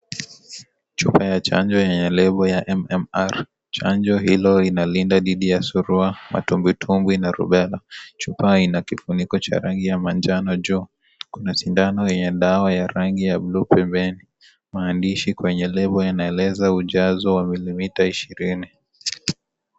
Chupa ya chanjo yenye lebo ya MMR chanjo hiyo inalinda didhi ya surua matumbwitumbwi na rubela, chupa ina kifuniko cha rangi ya manjano juu kuna sindano ya dawa ya rangi ya bluu pembeni maandishi kwenye lebo yanaeleza ujazo wa mililita ishirini.